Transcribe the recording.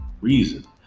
reason